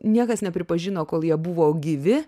niekas nepripažino kol jie buvo gyvi